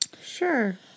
Sure